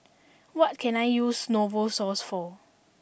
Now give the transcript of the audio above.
what can I use Novosource for